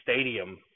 stadium